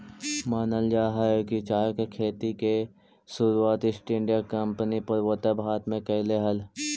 मानल जा हई कि चाय के खेती के शुरुआत ईस्ट इंडिया कंपनी पूर्वोत्तर भारत में कयलई हल